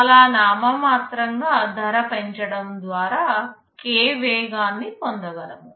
చాలా నామ మాత్రంగా ధర పెంచటం ద్వారా k వేగాన్ని పొందగలము